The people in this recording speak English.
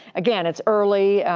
again, it's early.